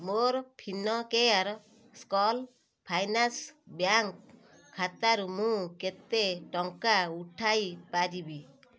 ମୋର Fincare small finance bank ଖାତାରୁ ମୁଁ କେତେ ଟଙ୍କା ଉଠାଇ ପାରିବି